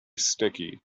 sticky